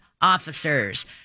officers